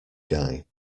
guy